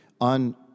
on